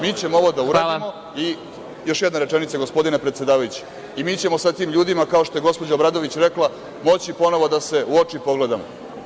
Mi ćemo ovo da uradimo i još jedna rečenica gospodine predsedavajući, i mi ćemo sa tim ljudima kao što je gospođa Obradović rekla, moći ponovo da se u oči pogledamo.